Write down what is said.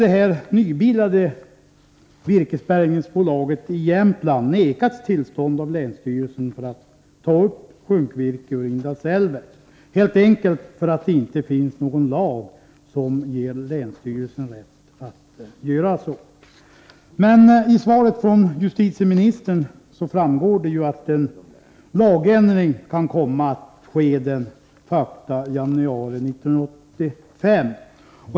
Ett nybildat virkesbärgningsbolag i Jämtland har vägrats tillstånd av länsstyrelsen att ta upp sjunkvirke i Indalsälven, helt enkelt därför att det inte finns någon lag som ger länsstyrelserna rätt att ge detta. I svaret från justitieministern framgår det att en lagändring kan komma att ske den 1 januari 1985.